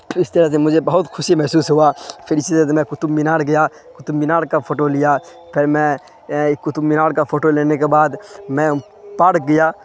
تو اس طرح سے مجھے بہت خوشی محسوس ہوا پھر اسی طرح سے میں قطب مینار گیا قطب مینار کا فوٹو لیا پھر میں قطب مینار کا فوٹو لینے کے بعد میں پارک گیا